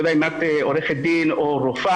אני לא יודע אם את עורכת דין או רופאה.